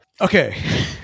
Okay